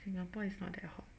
Singapore is not that hot